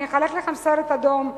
אני אחלק לכם סרט אדום,